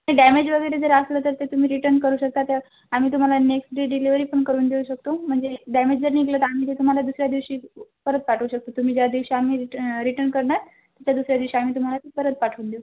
damage वगैरे जर असेल तर ते तुम्ही रिटर्न करू शकता तर आम्ही तुम्हाला नेक्स्ट डे डिलिव्हरी पण करून देऊ शकतो म्हणजे डॅमेज जर निघालं तर आम्ही जे तुम्हाला दुसऱ्या दिवशी प परत पाठवू शकतो तुम्ही ज्या दिवशी आम्ही रिटर्न रिटर्न करणार त्या दुसऱ्या दिवशी आम्ही तुम्हाला परत पाठवून देऊ